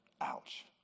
Ouch